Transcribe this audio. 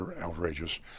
outrageous